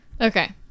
Okay